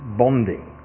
bonding